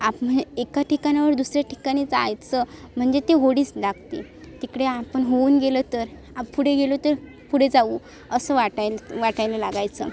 आप म्हएं एका ठिकाणावर दुसऱ्या ठिकाणी जायचं म्हणजे ती होडीच लागते तिकडे आपण होऊन गेलं तर आ पुढे गेलो तर पुढे जाऊ असं वाटायला वाटायला लागायचं